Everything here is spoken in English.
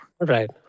Right